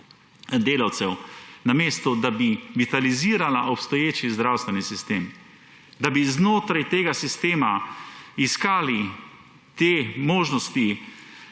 delavcev, namesto da bi vitalizirala obstoječi zdravstveni sistem, da bi znotraj tega sistema iskali te možnosti